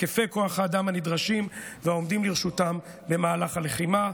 היקפי כוח האדם הנדרשים והעומדים לרשותם במהלך הלחימה.